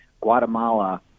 Guatemala